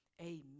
Amen